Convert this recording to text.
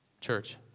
Church